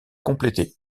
compléter